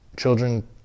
Children